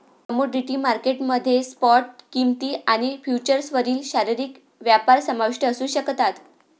commodity market मध्ये spot किंमती आणि फ्युचर्सवरील शारीरिक व्यापार समाविष्ट असू शकतात